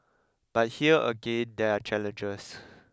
but here again there are challenges